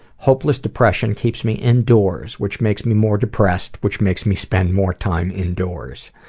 hopeless depression keeps me indoors, which makes me more depressed, which makes me spend more time indoors.